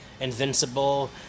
invincible